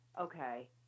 okay